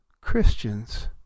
Christians